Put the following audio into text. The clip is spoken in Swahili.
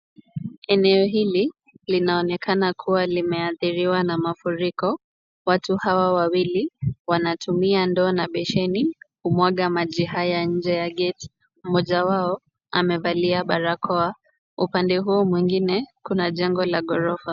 Eneo hili linaonekana kuwa limeathiriwa na mafuriko. Watu hawa wawili wanatumia ndoo na besheni kumwaga maji haya nje ya geti. Mmoja wao amevalia barakoa. Upande huu mwingine kuna jengo la ghorofa.